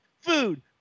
food